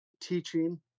teaching